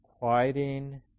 quieting